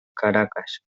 caracas